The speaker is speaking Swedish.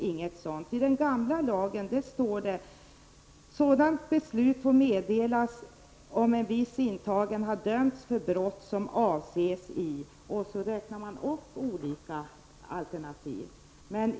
I den gamla lagen står det: ”Sådant beslut får meddelas även beträffande en viss intagen som har dömts för brott som avses i ———.” Därefter räknas olika alternativ upp.